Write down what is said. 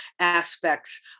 aspects